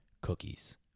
cookies